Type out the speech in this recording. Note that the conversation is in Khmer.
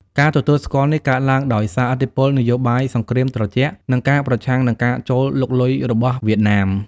ការទទួលស្គាល់នេះកើតឡើងដោយសារឥទ្ធិពលនយោបាយសង្គ្រាមត្រជាក់ និងការប្រឆាំងនឹងការចូលលុកលុយរបស់វៀតណាម។